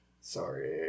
Sorry